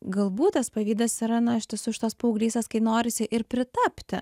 galbūt tas pavydas yra na iš tiesų iš tos paauglystės kai norisi ir pritapti